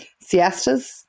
Siestas